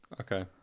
Okay